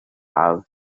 have